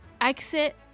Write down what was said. Exit